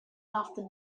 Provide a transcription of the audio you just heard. after